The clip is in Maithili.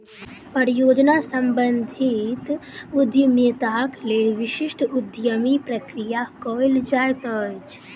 परियोजना सम्बंधित उद्यमिताक लेल विशिष्ट उद्यमी प्रक्रिया कयल जाइत अछि